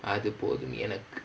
அது போதும் எனக்கு:athu pothum enakku